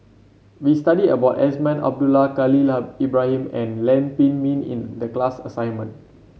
we studied about Azman Abdullah Khalil Ibrahim and Lam Pin Min in the class assignment